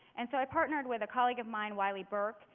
and so i partnered with a colleague of mine, wylie burke,